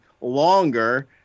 longer